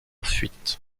fuites